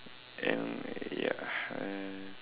and ya uh